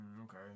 Okay